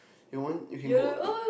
you want you can go on